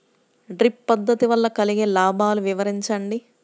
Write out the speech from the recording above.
Drip పద్దతి వల్ల కలిగే లాభాలు వివరించండి?